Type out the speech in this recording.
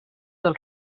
dels